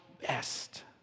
best